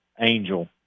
Angel